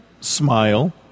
smile